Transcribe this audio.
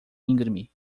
íngreme